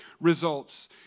results